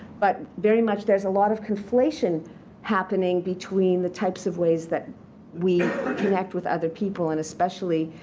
but very much, there's a lot of conflation happening between the types of ways that we connect with other people and especially,